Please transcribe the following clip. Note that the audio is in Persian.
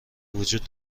وجود